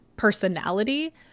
personality